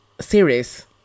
series